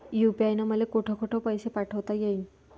UPI न मले कोठ कोठ पैसे पाठवता येईन?